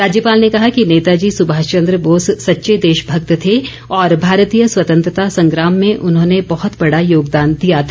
राज्यपाल ने कहा कि नेताजी सुभाष चंद्र बोस सच्चे देशभक्त थे और भारतीय स्वतंत्रता संग्राम में उन्होंने बहत बड़ा योगदान दिया था